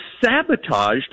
sabotaged